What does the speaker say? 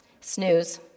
Snooze